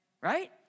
right